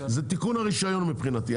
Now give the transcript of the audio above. זה תיקון הרישיון מבחינתי.